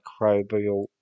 microbial